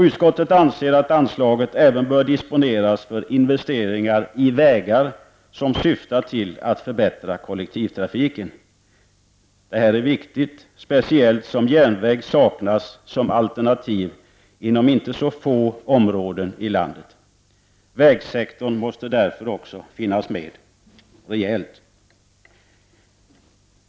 Utskottet anser att anslaget även bör disponeras för investeringar i vägar som syftar till att förbättra kollektivtrafiken. Detta är viktigt, speciellt som järnväg saknas som alternativ inom inte så få områden i landet. Vägsektorn måste därför också finnas med rejält.